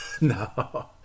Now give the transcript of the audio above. No